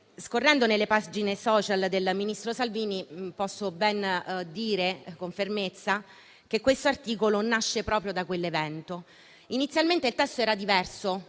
Scorrendo le pagine *social* del ministro Salvini posso affermare con sicurezza che questo articolo nasce proprio da quell'evento. Inizialmente il testo dell'articolo